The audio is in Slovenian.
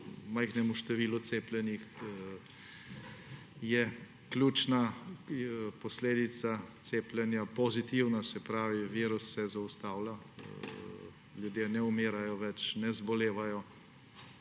majhnem številu cepljenih je ključna posledica cepljenja pozitivna. Se pravi, virus se zaustavlja, ljudje ne umirajo več, ne zbolevajo.